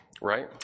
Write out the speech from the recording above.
right